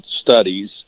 studies